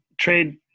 trade